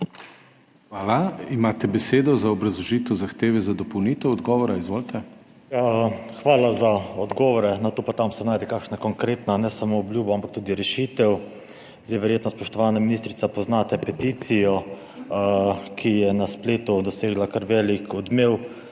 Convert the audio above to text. Hvala. Imate besedo za obrazložitev zahteve za dopolnitev odgovora. Izvolite. **TOMAŽ LISEC (PS SDS):** Hvala za odgovore. Tu pa tam se najde kakšna konkretna ne samo obljuba, ampak tudi rešitev. Verjetno, spoštovana ministrica, poznate peticijo, ki je na spletu dosegla kar velik odmev,